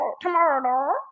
Tomorrow